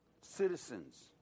Citizens